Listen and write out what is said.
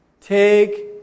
Take